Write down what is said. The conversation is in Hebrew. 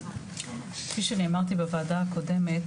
כפי שאני אמרתי בוועדה הקודמת,